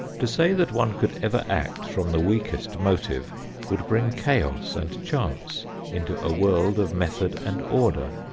to say that one could ever act from the weakest motive would bring chaos and chance into a world of method and order.